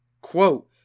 quote